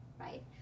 right